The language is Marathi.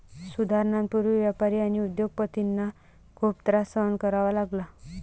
सुधारणांपूर्वी व्यापारी आणि उद्योग पतींना खूप त्रास सहन करावा लागला